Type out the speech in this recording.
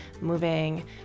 moving